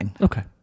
okay